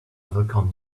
overcome